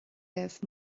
libh